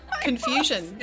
Confusion